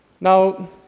Now